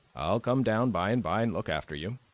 i'll come down by-and-by and look after you.